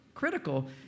critical